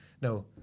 no